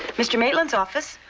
mr. maitland's office.